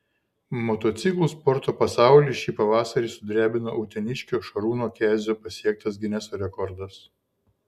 motociklų sporto pasaulį šį pavasarį sudrebino uteniškio šarūno kezio pasiektas gineso rekordas